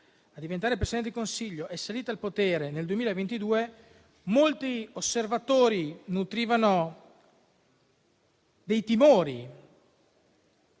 a diventare Presidente del Consiglio, è salita al potere nel 2022, molti osservatori nutrivano dei timori